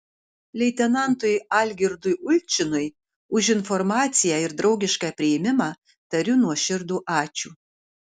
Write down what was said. leitenantui algirdui ulčinui už informaciją ir draugišką priėmimą tariu nuoširdų ačiū